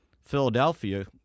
Philadelphia